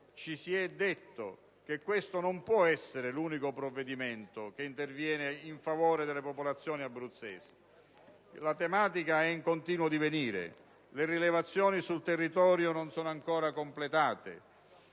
ci si è detti, questo non può essere l'unico provvedimento che interviene in favore delle popolazioni abruzzesi. La tematica è in continuo divenire; le rilevazioni sul territorio non sono ancora state